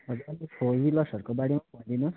हजुर फोर विलर्सहरूकोबारेमा भनिदिनुहोस्